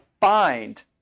find